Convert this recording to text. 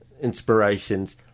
inspirations